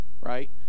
right